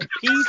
peace